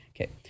Okay